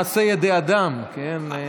מעשה ידי אדם, כן?